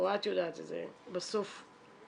או את יודעת את זה, בסוף חוזרים?